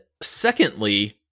secondly